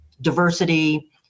diversity